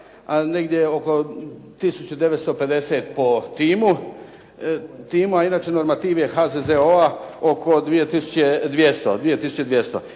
a negdje oko 1950 po timu, a normativ je HZZO-a oko 2200.